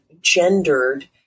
gendered